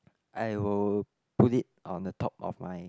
I will put it on the top of my